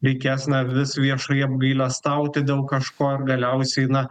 reikės na vis viešai apgailestauti dėl kažko ir galiausiai na